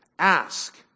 Ask